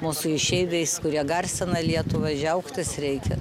mūsų išeiviais kurie garsina lietuvą džiaugtis reikia